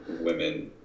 women